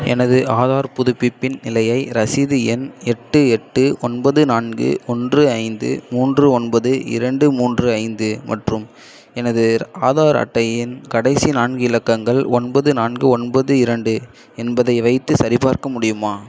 எனது ஆதார் புதுப்பிப்பின் நிலையை ரசீது எண் எட்டு எட்டு ஒன்பது நான்கு ஒன்று ஐந்து மூன்று ஒன்பது இரண்டு மூன்று ஐந்து மற்றும் எனது ஆதார் அட்டையின் கடைசி நான்கு இலக்கங்கள் ஒன்பது நான்கு ஒன்பது இரண்டு என்பதை வைத்து சரிபார்க்க முடியுமா